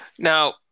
Now